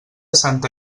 santa